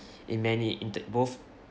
in many in the both